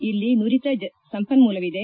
ಇಲ್ಲಿ ನುರಿತ ಸಂಪನ್ಮೂಲವಿದೆ